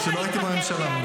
כי ביבי העביר מזוודות של כסף.